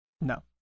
No